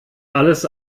alles